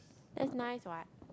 that's nice what